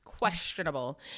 questionable